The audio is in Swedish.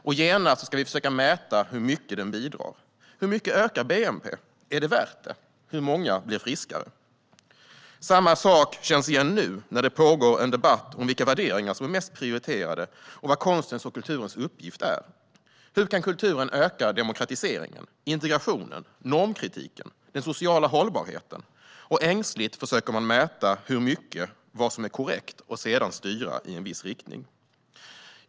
Och genast ska vi försöka mäta hur mycket den bidrar. Hur mycket ökar bnp? Är det värt det? Hur många blir friskare? Samma sak känns igen nu, när det pågår en debatt om vilka värderingar som är mest prioriterade och vad konstens och kulturens uppgift är. Hur kan kulturen öka demokratiseringen? Integrationen? Normkritiken? Den sociala hållbarheten? Och ängsligt försöker man mäta hur mycket och vad som är korrekt och sedan styra i en viss riktning.